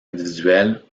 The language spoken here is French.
individuelle